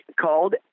called